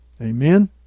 Amen